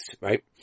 right